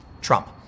Trump